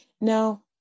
now